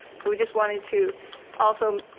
so we just wanted to also,